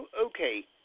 Okay